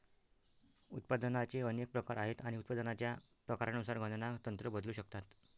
उत्पादनाचे अनेक प्रकार आहेत आणि उत्पादनाच्या प्रकारानुसार गणना तंत्र बदलू शकतात